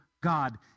God